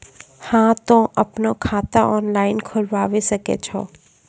हाँ तोय आपनो खाता ऑनलाइन खोलावे सकै छौ?